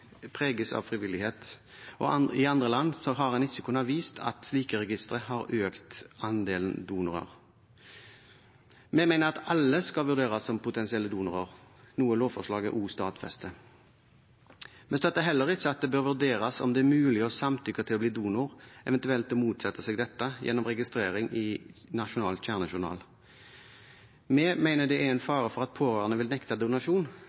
preges av frivillighet. I andre land har en ikke kunnet vise at slike registre har økt andelen donorer. Vi mener at alle skal vurderes som potensielle donorer, noe lovforslaget også stadfester. Vi støtter heller ikke at det bør vurderes om det er mulig å samtykke til å bli donor, eventuelt motsette seg dette, gjennom registrering i Nasjonal Kjernejournal. Vi mener det er en fare for at pårørende vil nekte donasjon